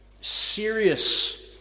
serious